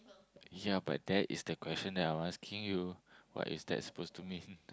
ya but that is the question that I'm asking you what is that supposed to meet it